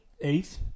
eighth